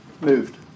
moved